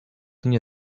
nie